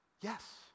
Yes